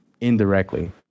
indirectly